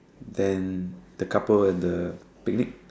than the couple at the picnic